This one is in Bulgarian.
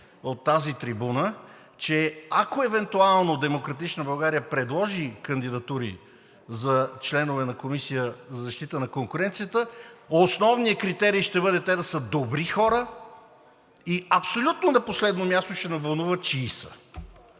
от тази трибуна, че ако евентуално „Демократична България“ предложи кандидатури за членове на Комисията за защита на конкуренцията, основният критерий ще бъде те да са добри хора и абсолютно на последно място ще ни вълнува чии са.